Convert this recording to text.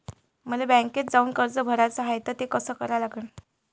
मले बँकेत जाऊन कर्ज भराच हाय त ते कस करा लागन?